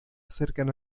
acercan